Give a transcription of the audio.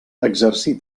exercí